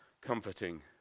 comforting